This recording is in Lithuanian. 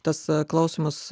tas klausimas